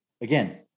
again